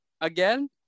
again